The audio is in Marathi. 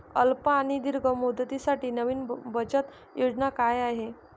अल्प आणि दीर्घ मुदतीसाठी नवी बचत योजना काय आहे?